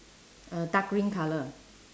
uh dark green colour